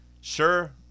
Sure